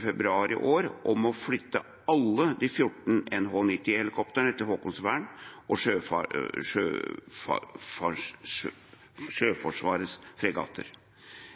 februar i år om å flytte alle de 14 NH90-helikoptrene til Haakonsvern og Sjøforsvarets fregatter.